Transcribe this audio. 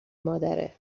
مادره